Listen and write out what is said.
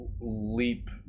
leap